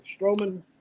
Strowman